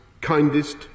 kindest